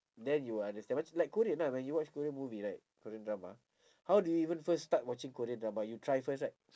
then you will understand it's like korean lah when you watch korean movie right korean drama how do you even first start watching korean drama you try first right